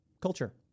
culture